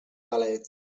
galets